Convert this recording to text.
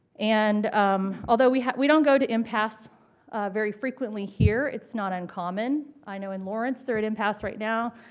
and although we we don't go to impasse very frequently here, it's not uncommon. i know in lawrence they're at impasse right now.